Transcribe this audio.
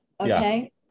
Okay